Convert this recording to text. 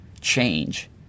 change